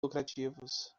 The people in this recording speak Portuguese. lucrativos